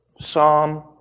Psalm